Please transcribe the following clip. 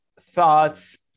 thoughts